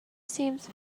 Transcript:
seems